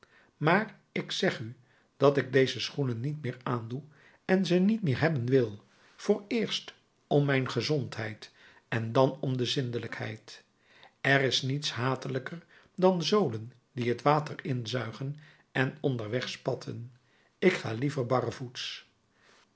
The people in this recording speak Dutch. maar ik zeg u dat ik deze schoenen niet meer aandoe en ze niet meer hebben wil vooreerst om mijn gezondheid en dan om de zindelijkheid er is niets hatelijker dan zolen die het water inzuigen en onderweg spatten ik ga liever barrevoets